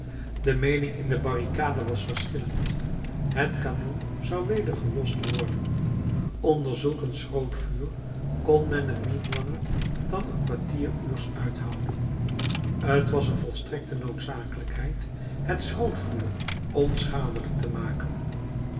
de meening in de barricade was verschillend het kanon zou weder gelost worden onder zulk een schrootvuur kon men het niet langer dan een kwartieruurs uithouden t was een volstrekte noodzakelijkheid het schrootvuur onschadelijk te maken